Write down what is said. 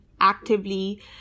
actively